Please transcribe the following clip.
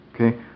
Okay